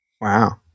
Wow